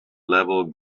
level